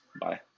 bye